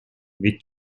ведь